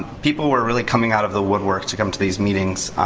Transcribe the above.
people were really coming out of the woodwork to come to these meetings